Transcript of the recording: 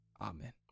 amen